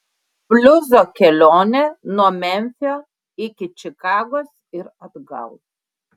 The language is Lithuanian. bliuzo kelionė nuo memfio iki čikagos ir atgal